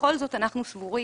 בכל זאת, אנחנו סבורים